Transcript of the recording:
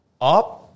up